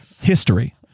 History